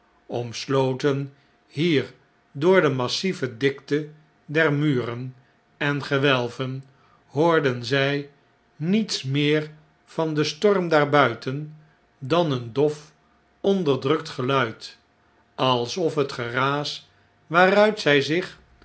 omsloten hier door de massieve dikte der muren en gewelven hoorden zjj niets meer van den storm daarbuiten dan een dof onderdrukt geluid alsof het geraas waaruit zij zich